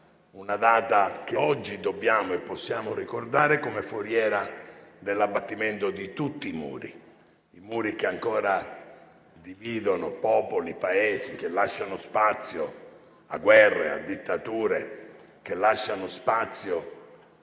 una data che oggi dobbiamo e possiamo ricordare come foriera dell'abbattimento di tutti i muri, che ancora dividono popoli e Paesi, lasciano spazio a guerre e dittature e a morti